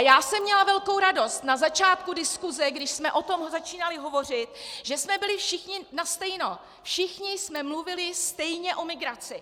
Já jsem měla velkou radost na začátku diskuze, když jsme o tom začínali hovořit, že jsme byli všichni nastejno, všichni jsme mluvili stejně o migraci.